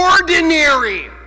ordinary